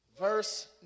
Verse